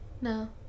No